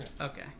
Okay